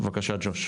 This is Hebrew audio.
בבקשה, ג'וש.